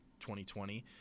2020